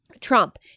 Trump